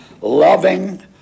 loving